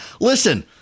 listen